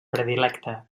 predilecte